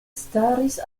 staris